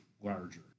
larger